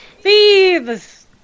Thieves